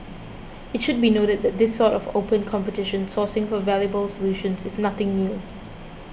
it should be noted that this sort of open competition sourcing for valuable solutions is nothing new